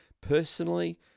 personally